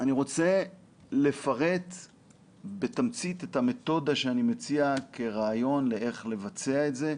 אני רוצה לפרט בתמצית את המתודה שאני מציע כרעיון לאיך לבצע את זה.